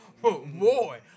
boy